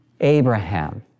Abraham